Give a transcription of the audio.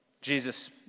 Jesus